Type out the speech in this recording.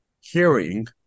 hearing